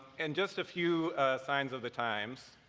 and just a few signs of the times,